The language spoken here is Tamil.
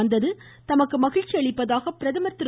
வந்தது தமக்கு மகிழ்ச்சியளிப்பதாக பிரதமர் திரு